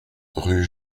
rue